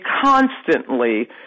constantly